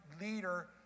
leader